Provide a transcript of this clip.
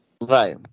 Right